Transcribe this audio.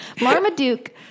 Marmaduke